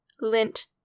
lint